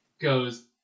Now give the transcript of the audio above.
goes